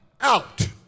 out